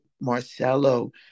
Marcelo